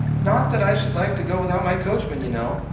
not that i should like to go without my coachman, you know.